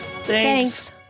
Thanks